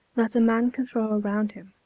that a man can throw around him,